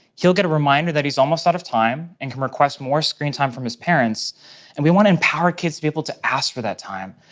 he'll get a reminder that he's almost out of time and can request more screen time from his parents and we want to empower kids to be able to ask for that time,